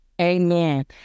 Amen